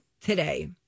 today